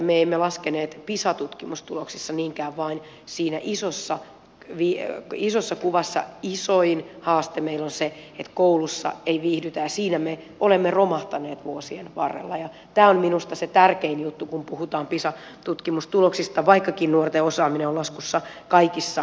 me emme laskeneet pisa tutkimustuloksissa niinkään vaan siinä isossa kuvassa isoin haaste meillä on se että koulussa ei viihdytä ja siinä me olemme romahtaneet vuosien varrella ja tämä on minusta se tärkein juttu kun puhutaan pisa tutkimustuloksista vaikkakin nuorten osaaminen on laskussa kaikissa ryhmissä